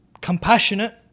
compassionate